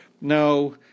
No